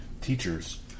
teachers